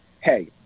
hey